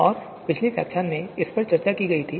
और पिछले व्याख्यान में इस पर चर्चा की गई थी